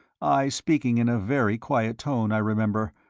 i speaking in a very quiet tone, i remember,